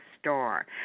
star